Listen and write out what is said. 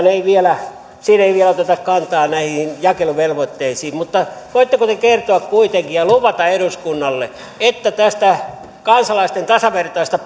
ei vielä oteta kantaa näihin jakeluvelvoitteisiin mutta voitteko te kuitenkin kertoa ja luvata eduskunnalle että tästä kansalaisten tasavertaisesta